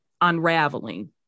unraveling